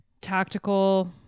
tactical